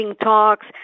talks